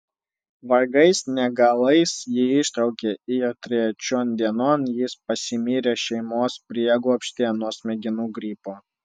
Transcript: vargais negalais jį ištraukė ir trečion dienon jis pasimirė šeimos prieglobstyje nuo smegenų gripo